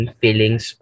feelings